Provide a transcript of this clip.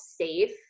safe